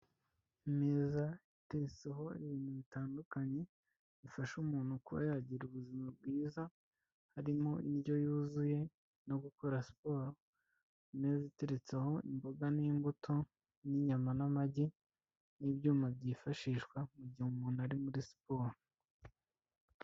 Ameza ateretseho ibintu bitandukanye bifasha umuntu kuba yagira ubuzima bwiza harimo indyo yuzuye no gukora siporo, ameza ateretseho imboga n'imbuto n'inyama n'amagi n'ibyuma byifashishwa mu gihe umuntu ari muri siporo.